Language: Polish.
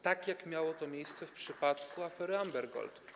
Tak jak miało to miejsce w przypadku afery Amber Gold.